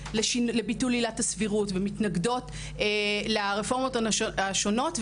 לביטול עילת הסבירות ומתנגדות לרפורמות השונות,